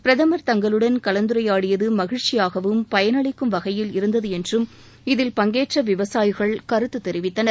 பிரதமர் தங்களுடன் கலந்துரையாடியது மகிழ்ச்சியாகவும் பயனளிக்கும் வகையில் இருந்தது என்றும் இதில் பங்கேற்ற விவசாயிகள் கருத்து தெரிவித்தனர்